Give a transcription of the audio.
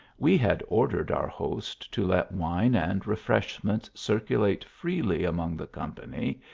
we had ordered our host to let wine and refreshments circulate freely among the company,